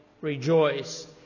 rejoice